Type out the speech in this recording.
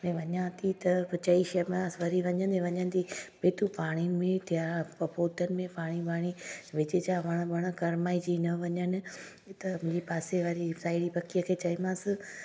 वञा थी त पोइ चई छॾियोमांसि वरी वञंदी वञंदी भई तूं पाणी में पौधनि में पाणी वाणी विझझे वणु वणु कुरमाइजी न वञनि त हीअ पासे वरी साहेड़ी पकीअ खे चईमांसि